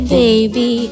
baby